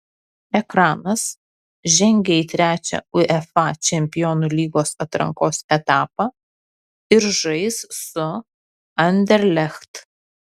ekranas žengė į trečią uefa čempionų lygos atrankos etapą ir žais su anderlecht